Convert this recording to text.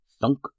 thunk